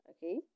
Okay